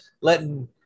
letting